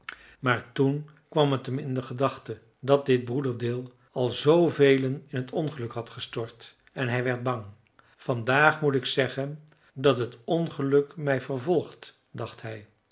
maar toen kwam het hem in de gedachte dat dit broederdeel al zoovelen in het ongeluk had gestort en hij werd bang vandaag moet ik zeggen dat het ongeluk mij vervolgt dacht hij